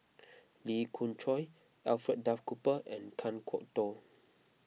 Lee Khoon Choy Alfred Duff Cooper and Kan Kwok Toh